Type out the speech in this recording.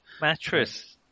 Mattress